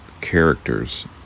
characters